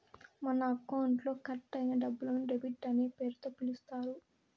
మన అకౌంట్లో కట్ అయిన డబ్బులను డెబిట్ అనే పేరుతో పిలుత్తారు